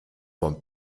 vom